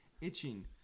Itching